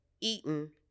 eaten